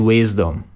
Wisdom